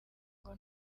ngo